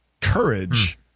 courage